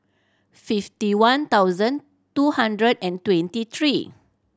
fifty one thousand two hundred and twenty three